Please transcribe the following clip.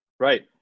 Right